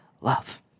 love